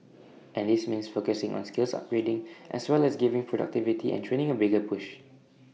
and this means focusing on skills upgrading as well as giving productivity and training A bigger push